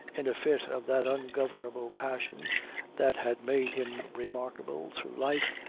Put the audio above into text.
in a fit of that ungovernable passion that had made him remarkable through life,